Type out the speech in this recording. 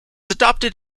adopted